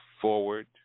forward